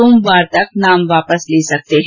सोमवार तक नाम वापस लिये जा सकते हैं